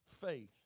faith